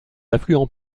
affluents